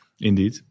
indeed